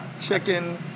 chicken